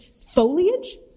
foliage